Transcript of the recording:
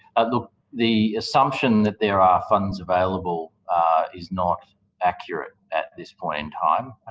the the assumption that there are funds available is not accurate at this point um